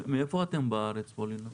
מאיפה אתם בארץ פאלינה?